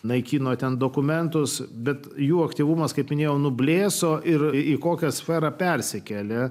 naikino ten dokumentus bet jų aktyvumas kaip minėjau nublėso ir į kokią sferą persikelia